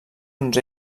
uns